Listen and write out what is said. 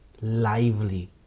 lively